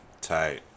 Tight